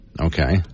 Okay